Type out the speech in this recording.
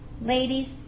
Ladies